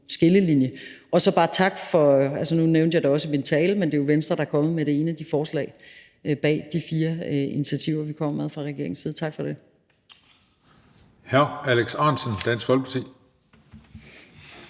jeg vil bare sige tak. Nu nævnte jeg det også i min tale, men det er jo Venstre, der er kommet med det ene af de forslag bag de fire initiativer, vi kommer med fra regeringens side. Tak for det. Kl. 13:27 Den fg.